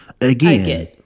again